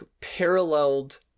paralleled